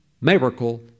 miracle